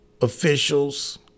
officials